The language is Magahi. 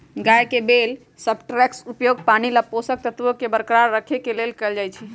गाछ के लेल सबस्ट्रेट्सके उपयोग पानी आ पोषक तत्वोंके बरकरार रखेके लेल कएल जाइ छइ